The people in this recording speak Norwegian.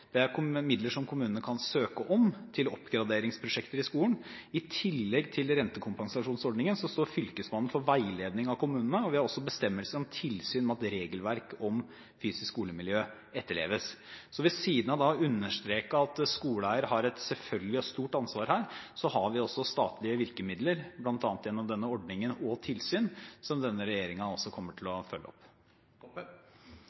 Det er midler som kommunene kan søke om til oppgraderingsprosjekter i skolen. I tillegg til rentekompensasjonsordningen står Fylkesmannen for veiledning av kommunene. Vi har også bestemmelser om tilsyn med at regelverk om fysisk skolemiljø etterleves. Så ved siden av å understreke at skoleeier har et selvfølgelig og stort ansvar, har vi altså statlige virkemidler, bl.a. gjennom denne ordningen og tilsyn, som denne regjeringen kommer til